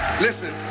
Listen